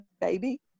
baby